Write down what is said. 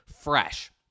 fresh